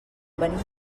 venim